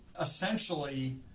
essentially